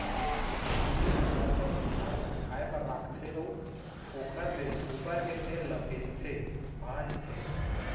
उहीं अनाज ल बनिहार मन खाए बर राखथे अउ ओखर ले उबरगे तेन ल बेचथे भांजथे